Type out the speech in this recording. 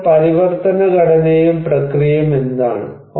അപ്പോൾ പരിവർത്തന ഘടനയും പ്രക്രിയയും എന്താണ്